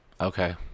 Okay